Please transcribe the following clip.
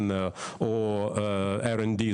או D&R